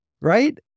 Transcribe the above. Right